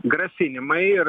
grasinimai ir